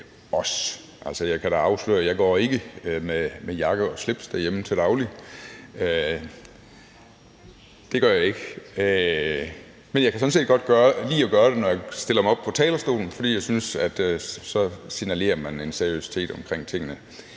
Jeg kan da afsløre, at jeg ikke går med jakke og slips derhjemme til daglig, det gør jeg ikke. Men jeg kan sådan set godt lide at gøre det, når jeg stiller mig op på talerstolen, fordi jeg synes, at man så signalerer en seriøsitet omkring tingene.